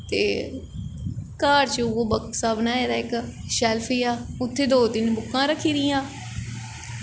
ते घर च उऐ बक्सा बनाए दा इक शैल्फ जेहा उत्थें दो तिन्न बुक्कां रक्खी दियां